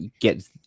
Get